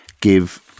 give